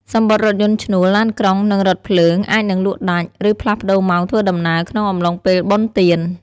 សំបុត្ររថយន្តឈ្នួល ឡានក្រុង និងរថភ្លើងអាចនឹងលក់ដាច់ ឬផ្លាស់ប្តូរម៉ោងធ្វើដំណើរក្នុងអំឡុងពេលបុណ្យទាន។